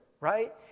right